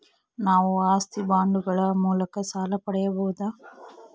ನಾವು ಆಸ್ತಿ ಬಾಂಡುಗಳ ಮೂಲಕ ಸಾಲ ಪಡೆಯಬಹುದಾ?